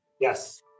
Yes